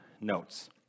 notes